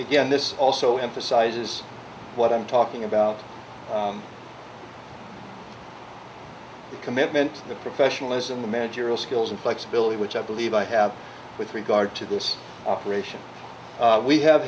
again this also emphasizes what i'm talking about the commitment the professionalism the managerial skills and flexibility which i believe i have with regard to this operation we have